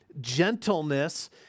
Gentleness